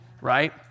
Right